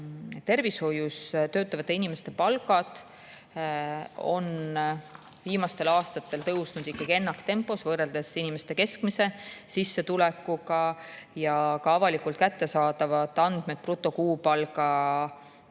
Tervishoius töötavate inimeste palgad on viimastel aastatel tõusnud ennaktempos võrreldes inimeste keskmise sissetulekuga. Ka avalikult kättesaadavad andmed brutokuupalkade